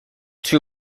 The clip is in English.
too